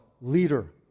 leader